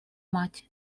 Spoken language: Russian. мать